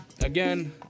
Again